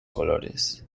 colores